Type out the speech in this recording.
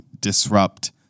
disrupt